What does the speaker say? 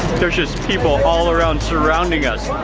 there's just people all around, surrounding us.